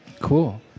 Cool